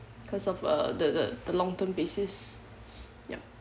because of uh the the the long term basis yup